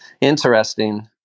interesting